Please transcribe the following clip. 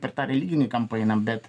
per tą religinį kampą einam bet